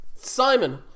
Simon